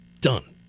done